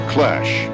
Clash